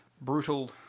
brutal